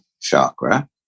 chakra